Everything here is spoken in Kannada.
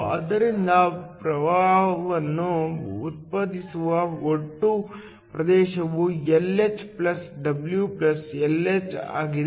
ಆದ್ದರಿಂದ ಪ್ರವಾಹವನ್ನು ಉತ್ಪಾದಿಸುವ ಒಟ್ಟು ಪ್ರದೇಶವು Lh W Lh ಆಗಿದೆ